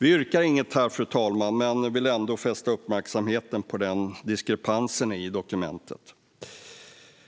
Vi yrkar inte på något här, fru talman, men vill ändå fästa uppmärksamhet på diskrepansen i dokumentet.